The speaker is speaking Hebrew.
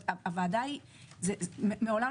מעולם,